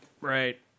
Right